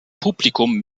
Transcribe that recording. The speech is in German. publikum